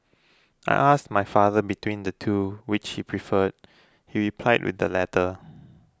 I asked my father between the two which he preferred he replied the latter